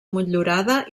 motllurada